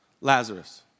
Lazarus